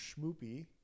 schmoopy